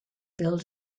build